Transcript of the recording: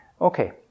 Okay